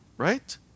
Right